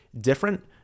different